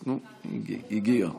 הגיעה.